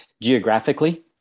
geographically